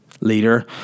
leader